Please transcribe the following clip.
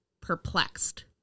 perplexed